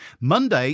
Monday